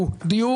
בנושא הדיור,